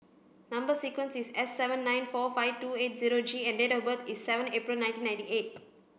number sequence is S seven nine four five two eight zero G and date of birth is seven April nineteen ninety eight